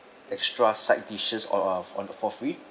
extra side dishes or of on for free